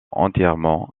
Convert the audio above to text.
entièrement